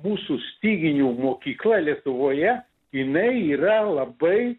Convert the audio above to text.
mūsų styginių mokykla lietuvoje jinai yra labai